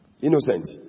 Innocent